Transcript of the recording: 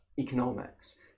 economics